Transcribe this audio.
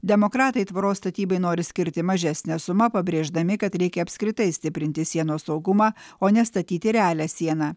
demokratai tvoros statybai nori skirti mažesnę sumą pabrėždami kad reikia apskritai stiprinti sienos saugumą o ne statyti realią sieną